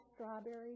strawberries